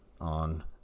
on